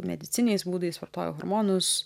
medicininiais būdais vartoja hormonus